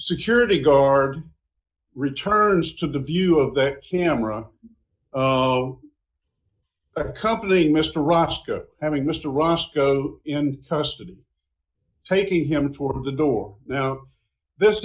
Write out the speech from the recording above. security guard returns to the view of that camera of accompanying mr rochester having mr roscoe in custody taking him toward the door now this